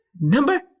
number